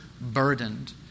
burdened